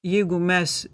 jeigu mes